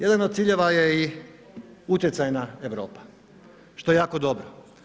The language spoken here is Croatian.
Jedan od ciljeva je i utjecajna Europa, što je jako dobro.